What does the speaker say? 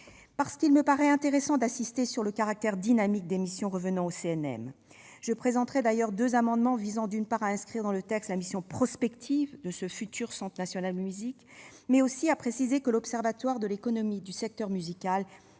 Parce qu'il me paraît intéressant d'insister sur le caractère dynamique des missions revenant au CNM, je présenterai deux amendements visant l'un à inscrire dans le texte la mission prospective du futur centre national, l'autre à préciser que l'Observatoire de l'économie du secteur musical